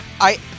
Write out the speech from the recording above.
I-